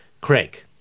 Craig